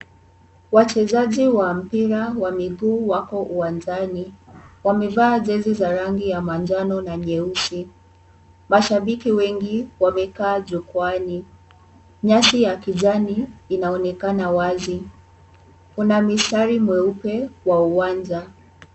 Wachezaji wa mpira wa miguu wako uwanjani, wamevaa jezi za rangi ya manjano na nyeusi. Mashabiki wengi wamekaa jukwaani. Nyasi ya kijani inaonekana wazi. Kuna mistari mweupe kwa uwanja.